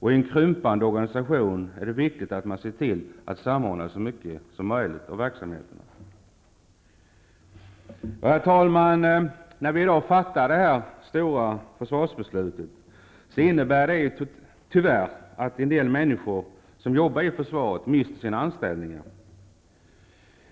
I en krympande organisation är det viktigt att se till att samordna så mycket som möjligt av verksamheten. När vi, herr talman, fattar detta stora försvarsbeslut i dag innebär det tyvärr att en del människor som jobbar i försvaret mister sina anställningar.